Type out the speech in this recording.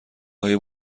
های